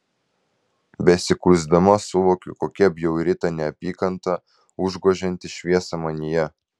besikuisdama suvokiu kokia bjauri ta neapykanta užgožianti šviesą manyje